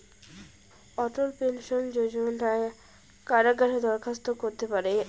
অটল pension যোজনায় কারা কারা দরখাস্ত করতে পারে?